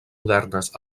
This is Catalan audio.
modernes